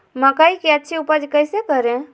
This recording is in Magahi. मकई की अच्छी उपज कैसे करे?